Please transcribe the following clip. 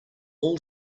all